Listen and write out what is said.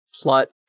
plot-